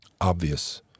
obvious